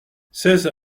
seize